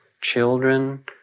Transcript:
Children